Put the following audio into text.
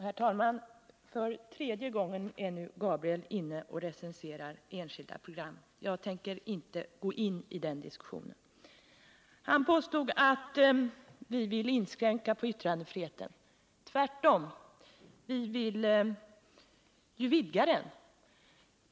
Herr talman! För tredje gången är nu Gabriel Romanus uppe och recenserar enskilda program. Jag tänker inte gå in i den diskussionen. Gabriel Romanus påstod att vi vill inskränka yttrandefriheten. Vi vill tvärtom vidga den.